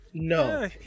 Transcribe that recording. No